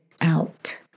out